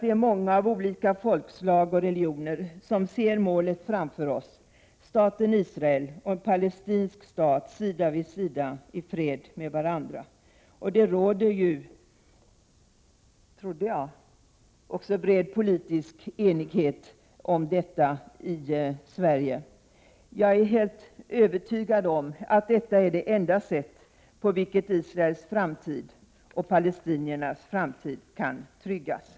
Vi är många av olika folkslag och religioner som ser målet framför oss: staten Israel och en palestinsk stat sida vid sida, i fred med varandra. Det råder ju — trodde jag — också bred politisk enighet om detta här i Sverige. Jag är helt övertygad om att detta är det enda sätt på vilket Israels framtid och palestiniernas framtid kan tryggas.